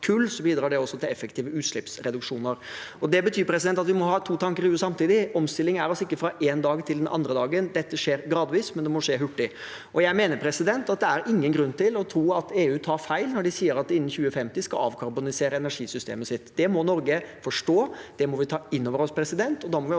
bidrar det til effektive utslippsreduksjoner. Det betyr at vi må ha to tanker i hodet samtidig. Omstilling skjer altså ikke fra én dag til en annen, det skjer gradvis, men det må skje hurtig. Jeg mener at det ikke er noen grunn til å tro at EU tar feil når de sier at de innen 2050 skal avkarbonisere energisystemet sitt. Det må Norge forstå. Det må vi ta inn over oss.